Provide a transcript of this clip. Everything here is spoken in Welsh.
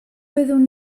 byddwn